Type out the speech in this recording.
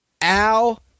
Al